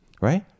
right